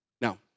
Now